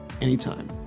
anytime